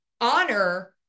honor